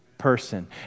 person